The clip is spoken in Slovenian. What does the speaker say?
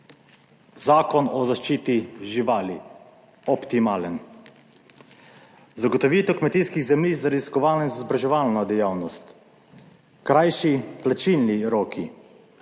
Zakon o zaščiti živali optimalen. Zagotovitev kmetijskih zemljišč za raziskovalno in izobraževalno dejavnost, krajši plačilni roki,